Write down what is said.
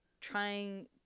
trying